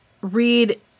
read